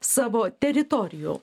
savo teritorijų